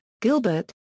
Gilbert